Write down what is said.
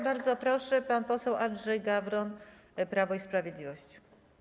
Bardzo proszę, pan poseł Andrzej Gawron, Prawo i Sprawiedliwość.